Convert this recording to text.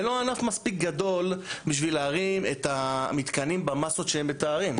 זה לא ענף מספיק גדול בשביל להרים את המתקנים במסות שהם מתארים,